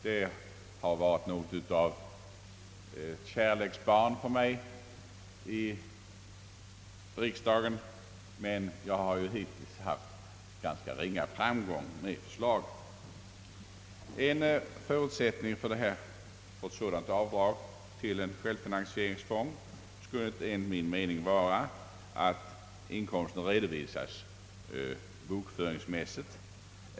Detta förslag har varit något av ett kärleksbarn för mig i riksdagen, men jag har hittills haft ganska ringa framgång med det. En förutsättning för ett sådant avdrag skulle enligt min mening vara att inkomsten redovisas bokföringsmässigt.